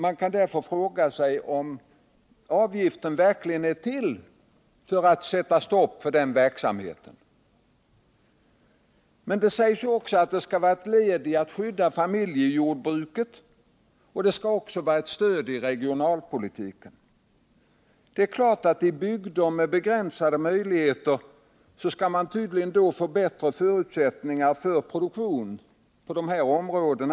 Man kan därför fråga sig om avgiften verkligen är till för att sätta stopp för sådan verksamhet. Det sägs också att systemet är ett led i strävan att skydda familjejordbruk och ett stöd i regionalpolitiken. I bygder med begränsade möjligheter skall man tydligen få bättre förutsättningar för produktion på dessa områden.